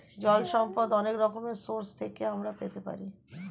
জল সম্পদ অনেক রকম সোর্স থেকে আমরা পেতে পারি